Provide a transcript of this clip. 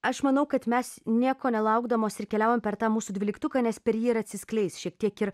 aš manau kad mes nieko nelaukdamos ir keliaujam per tą mūsų dvyliktuką nes per jį ir atsiskleis šiek tiek ir